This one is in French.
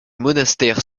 monastères